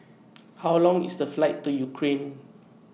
How Long IS The Flight to Ukraine